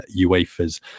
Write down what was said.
UEFA's